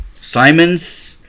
Simons